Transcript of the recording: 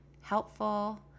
helpful